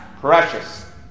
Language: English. precious